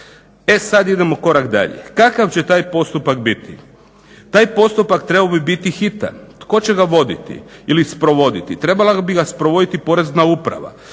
E sad idemo korak dalje, kakav će taj postupak biti? Taj postupak trebao bi biti hitan. Tko će ga voditi ili sprovoditi? Trebala bi ga sprovoditi Porezna uprava.